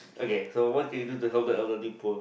okay so what can you do the help the elderly poor